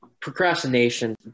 procrastination